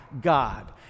God